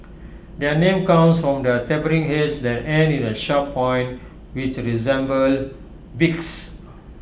their name comes from the tapering heads that end in A sharp point which resemble beaks